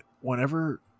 whenever